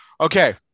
Okay